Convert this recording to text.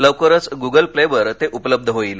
लवकरच गुगल प्लेवर ते उपलब्ध होईल